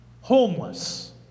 homeless